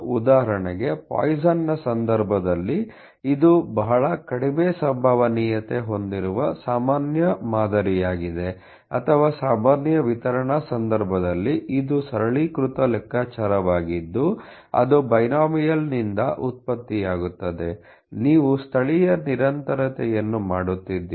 ಉದಾಹರಣೆಗೆ ಪಾಯ್ಸನ್ನPoissons ಸಂದರ್ಭದಲ್ಲಿ ಇದು ಬಹಳ ಕಡಿಮೆ ಸಂಭವನೀಯತೆ ಹೊಂದಿರುವ ಸಾಮಾನ್ಯ ಮಾದರಿಯಾಗಿದೆ ಅಥವಾ ಸಾಮಾನ್ಯ ವಿತರಣಾ ಸಂದರ್ಭದಲ್ಲಿ ಇದು ಸರಳೀಕೃತ ಲೆಕ್ಕಾಚಾರವಾಗಿದ್ದು ಅದು ಬೈನೋಮಿಯಲ್ ದಿಂದ ಉತ್ಪತ್ತಿಯಾಗುತ್ತದೆ ನೀವು ಸ್ಥಳೀಯ ನಿರಂತರತೆಯನ್ನು ಮಾಡುತ್ತಿದ್ದೀರಿ